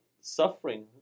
suffering